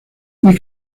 muy